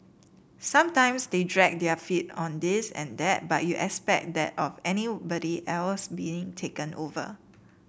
sometimes they dragged their feet on this and that but you expect that of anybody else being taken over